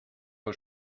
aux